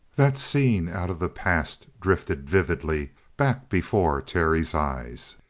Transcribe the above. that scene out of the past drifted vividly back before terry's eyes.